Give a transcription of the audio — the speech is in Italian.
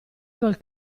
col